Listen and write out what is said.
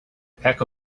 peck